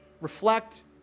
reflect